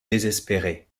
désespérée